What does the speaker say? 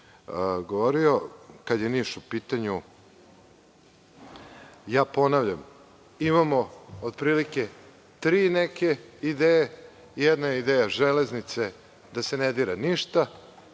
govorio, kada je Niš u pitanju, ponavljam, imamo otprilike neke tri ideje. Jedna je ideja železnice da se ne dira ništa,